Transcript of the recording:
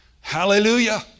Hallelujah